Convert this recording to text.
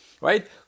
right